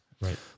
Right